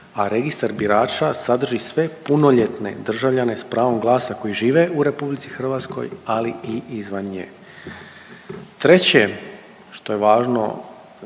a registar birača sadrži sve punoljetne državljane s pravom glasa koji žive u RH, ali i izvan nje. Treće, što je važno